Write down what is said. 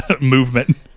movement